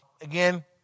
again